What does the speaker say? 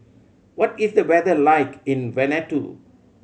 what is the weather like in Vanuatu